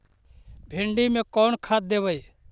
भिंडी में कोन खाद देबै?